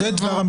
זה דבר המחוקק.